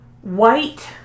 white